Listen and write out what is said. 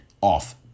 off